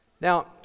Now